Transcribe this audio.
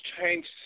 changed